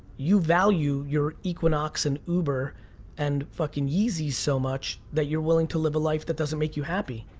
you value your equinox and uber and fucking yeezy so much that you're willing to live a life that doesn't make you happy.